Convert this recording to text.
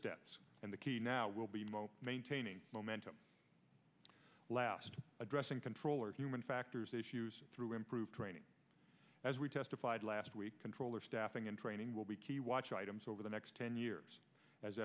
steps and the key now will be most maintaining momentum last addressing controller human factors issues through improved training as we testified last week controllers staffing and training will be key watch items over the next ten years as